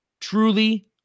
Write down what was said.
Truly